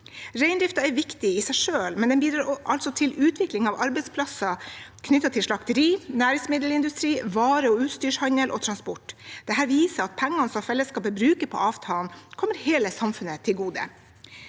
Reindriften er viktig i seg selv, men den bidrar også til utvikling av arbeidsplasser knyttet til slakteri, næringsmiddelindustri, vare- og utstyrshandel og transport. Dette viser at pengene som fellesskapet bruker på avtalen, kommer hele samfunnet til gode.